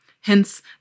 Hence